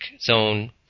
zone